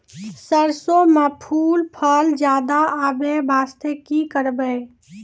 सरसों म फूल फल ज्यादा आबै बास्ते कि करबै?